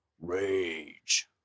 Rage